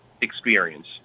experience